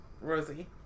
Rosie